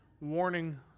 warning